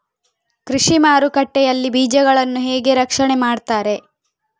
ಕೃಷಿ ಮಾರುಕಟ್ಟೆ ಯಲ್ಲಿ ಬೀಜಗಳನ್ನು ಹೇಗೆ ರಕ್ಷಣೆ ಮಾಡ್ತಾರೆ?